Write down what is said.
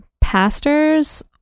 pastors